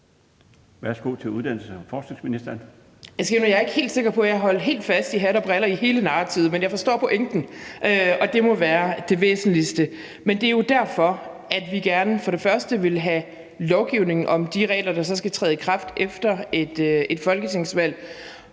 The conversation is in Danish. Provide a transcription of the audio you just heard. Jeg er ikke helt sikker på, at jeg holdt helt fast i hat og briller i hele narrativet, men jeg forstår pointen, og det må være det væsentligste. Jeg vil sige til spørgeren, at det jo er derfor, at vi gerne for det første vil have lovgivningen om de regler, der så skal træde kraft efter et folketingsvalg,